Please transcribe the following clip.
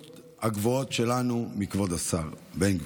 הגבוהות שלנו מכבוד השר בן גביר.